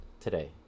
today